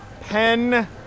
Pen